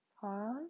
pause